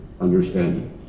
Understanding